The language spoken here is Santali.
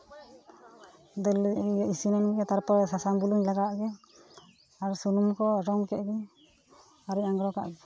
ᱫᱟᱹᱞ ᱤᱥᱤᱱᱮᱱ ᱜᱮ ᱛᱟᱨᱯᱚᱨᱮ ᱥᱟᱥᱟᱝ ᱵᱩᱞᱩᱝᱤᱧ ᱞᱟᱜᱟᱣᱟᱫ ᱜᱮ ᱟᱨ ᱥᱩᱱᱩᱢ ᱠᱚ ᱨᱚᱝ ᱠᱮᱫ ᱜᱤᱧ ᱟᱨᱤᱧ ᱟᱸᱜᱽᱲᱚ ᱠᱟᱜ ᱜᱮ